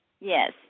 Yes